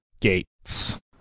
gates